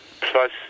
plus